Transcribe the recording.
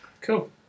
Cool